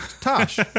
Tosh